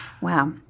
Wow